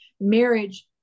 marriage